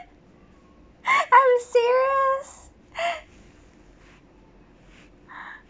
I'm serious